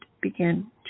began